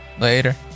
Later